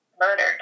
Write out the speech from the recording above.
murdered